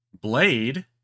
Blade